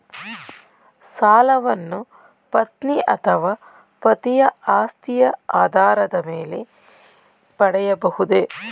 ಸಾಲವನ್ನು ಪತ್ನಿ ಅಥವಾ ಪತಿಯ ಆಸ್ತಿಯ ಆಧಾರದ ಮೇಲೆ ಪಡೆಯಬಹುದೇ?